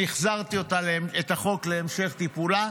אני החזרתי את החוק להמשך טיפולה,